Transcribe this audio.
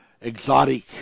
exotic